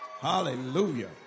Hallelujah